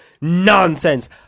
nonsense